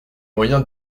moyen